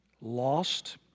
lost